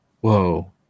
Whoa